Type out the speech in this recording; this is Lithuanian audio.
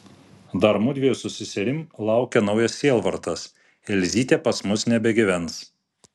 dar mudviejų su seserim laukia naujas sielvartas elzytė pas mus nebegyvens